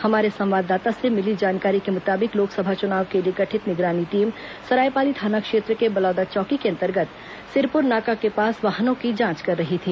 हमारे संवाददाता से मिली जानकारी के मुताबिक लोकसभा चुनाव के लिए गठित निगरानी टीम सरायपाली थाना क्षेत्र के बलोदा चौकी के अंतर्गत सिरपुर नाका के पास वाहनों की जांच कर रही थी